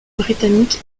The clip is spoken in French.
britannique